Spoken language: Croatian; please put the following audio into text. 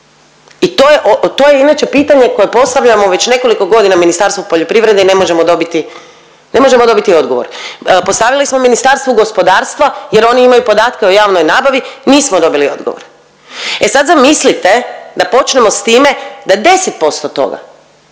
I to je inače pitanje koje postavljamo već nekoliko godina Ministarstvu poljoprivrede i ne možemo dobiti odgovor. Postavili smo Ministarstvu gospodarstva jer oni imaju podatke o javnoj nabavi, nismo dobili odgovor. E sad zamislite da počnemo s time da 10% toga